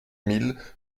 mille